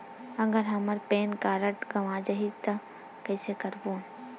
अगर हमर pan card गवां जाही कइसे करबो?